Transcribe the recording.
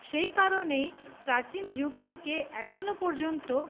সেই কারণেই প্রাচীন যুগ থেকে এখনো পর্যন্ত